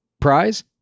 prize